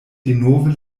denove